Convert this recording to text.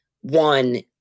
one